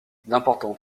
d’importants